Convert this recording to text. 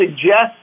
suggest